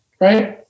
right